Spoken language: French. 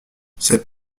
cette